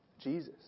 jesus